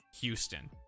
Houston